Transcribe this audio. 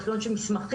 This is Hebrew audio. ארכיונים של מסמכים,